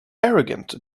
arrogant